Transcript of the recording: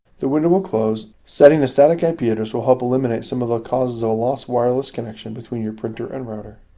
the window will close. setting a static ip yeah address will help eliminate some of the causes of a lost wireless connection between your printer and router.